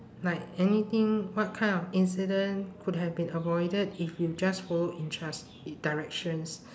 like anything what kind of incident could have been avoided if you just followed instru~ i~ directions